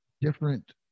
different